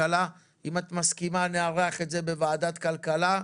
אם גבירתי מסכימה נשמח לארח את הדיון האמור בוועדת הכלכלה.